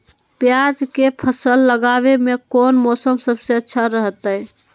प्याज के फसल लगावे में कौन मौसम सबसे अच्छा रहतय?